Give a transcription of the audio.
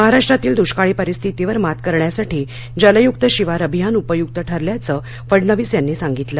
महाराष्ट्रातील दुष्काळी परिस्थितीवर मात करण्यासाठी जलयुक्त शिवार अभियान उपयुक्त ठरल्याचं फडणवीस यांनी सांगितलं